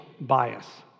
bias